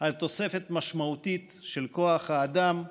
על תוספת משמעותית של כוח האדם המיידי,